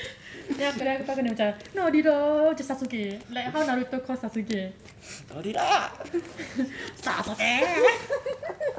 kau kena macam nadira macam sasuke like how naruto call sasuke